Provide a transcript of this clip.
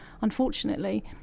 Unfortunately